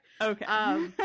Okay